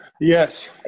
Yes